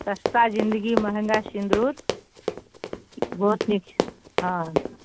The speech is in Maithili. सस्ता जिन्दगी महँगा सिन्दूर बहुत नीक छै हँ